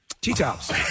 T-Tops